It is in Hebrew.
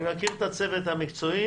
אני מכיר את הצוות המקצועי